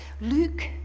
Luke